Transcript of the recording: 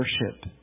worship